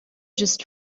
just